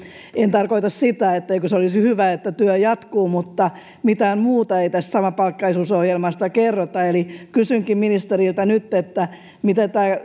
en tarkoita sitä etteikö se olisi hyvä että työ jatkuu mutta mitään muuta ei tästä samapalkkaisuusohjelmasta kerrota eli kysynkin ministeriltä nyt mitä tämä